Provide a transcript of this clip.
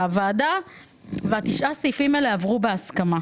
הוועדה ותשעת הסעיפים הללו עברו בהסכמה.